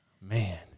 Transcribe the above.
Man